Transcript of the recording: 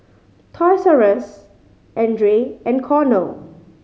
Toys R Us Andre and Cornell